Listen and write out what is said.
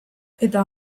eta